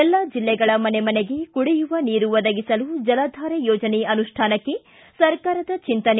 ಎಲ್ಲಾ ಜಲ್ಲೆಗಳ ಮನೆಮನೆಗೆ ಕುಡಿಯುವ ನೀರು ಒದಗಿಸಲು ಜಲಧಾರೆ ಯೋಜನೆ ಅನುಷ್ಠಾನಕ್ಕೆ ಸರ್ಕಾರದ ಚಿಂತನೆ